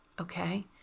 Okay